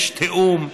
יש תיאום,